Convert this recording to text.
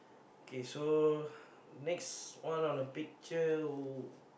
okay so next one on the picture would